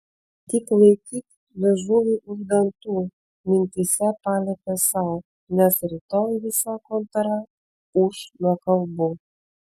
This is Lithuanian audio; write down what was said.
tik laikyk liežuvį už dantų mintyse paliepė sau nes rytoj visa kontora ūš nuo kalbų